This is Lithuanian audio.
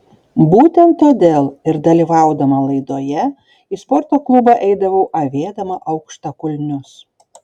būtent todėl ir dalyvaudama laidoje į sporto klubą eidavau avėdama aukštakulnius